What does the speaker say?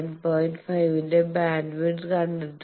5 ന്റെ ബാൻഡ്വിഡ്ത്ത് കണ്ടെത്തുക